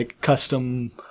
custom